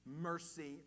mercy